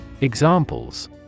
Examples